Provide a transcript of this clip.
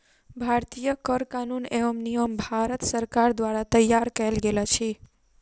भारतीय कर कानून एवं नियम भारत सरकार द्वारा तैयार कयल गेल अछि